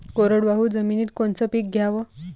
कोरडवाहू जमिनीत कोनचं पीक घ्याव?